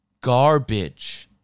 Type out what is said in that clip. garbage